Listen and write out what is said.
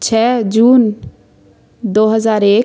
छः जून दो हज़ार एक